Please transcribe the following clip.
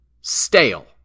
stale